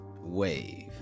Wave